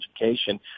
education